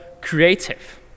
creative